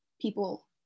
people